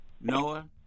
Noah